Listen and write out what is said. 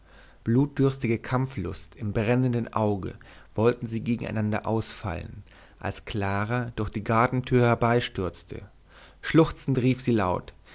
blutdürstige kampflust im brennenden auge wollten sie gegeneinander ausfallen als clara durch die gartentür herbeistürzte schluchzend rief sie laut